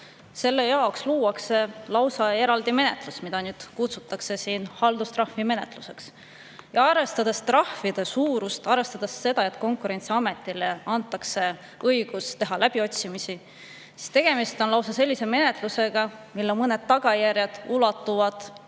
Selle jaoks luuakse lausa eraldi menetlus, mida nüüd kutsutakse siin haldustrahvimenetluseks. Arvestades trahvide suurust, arvestades seda, et Konkurentsiametile antakse õigus teha läbiotsimisi, on tegemist on lausa sellise menetlusega, mille mõned tagajärjed ulatuvad